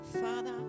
Father